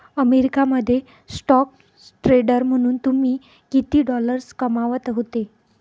America मध्ये stock trader म्हणून तुम्ही किती डॉलर्स कमावत होते